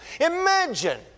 Imagine